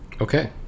Okay